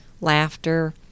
laughter